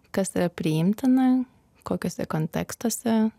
kas yra priimtina kokiuose kontekstuose